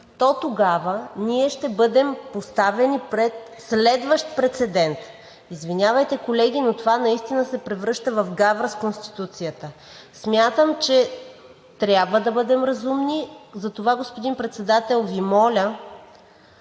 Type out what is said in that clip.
то тогава ние ще бъдем поставени пред следващ прецедент. Извинявайте, колеги, но това наистина се превръща в гавра с Конституцията. Смятам, че трябва да бъдем разумни, затова, господин Председател, Ви моля